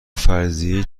فرضیهای